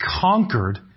conquered